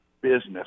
business